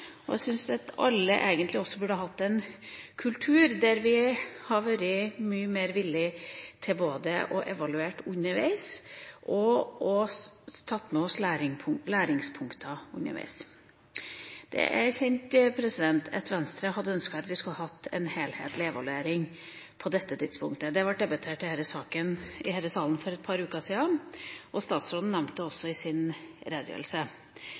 og jeg syns alle egentlig også burde hatt en kultur der vi hadde vært mer villig til både å evaluere underveis og til å ta med oss læringspunkter underveis. Det er kjent at Venstre hadde ønsket at vi skulle ha hatt en helhetlig evaluering på dette tidspunktet. Det ble debattert i denne salen for et par uker siden, og statsråden nevnte det også i sin redegjørelse.